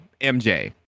mj